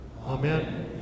Amen